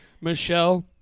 Michelle